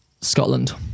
Scotland